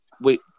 wait